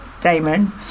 Damon